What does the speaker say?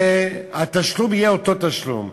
והתשלום יהיה אותו תשלום.